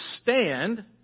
stand